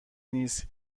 نیست